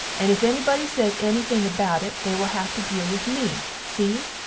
and if ennybody sez ennything about it they will have to deel with me, see?